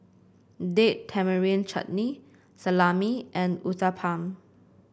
Date Tamarind Chutney Salami and Uthapam